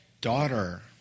daughter